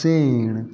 सेण